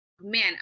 man